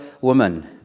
woman